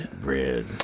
Red